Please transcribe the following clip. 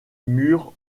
mur